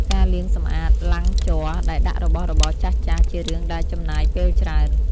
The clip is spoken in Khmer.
ការលាងសម្អាតឡាំងជ័រដែលដាក់របស់របរចាស់ៗ ជារឿងដែលចំណាយពេលច្រើន។